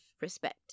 respect